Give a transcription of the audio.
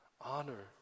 Honor